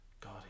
God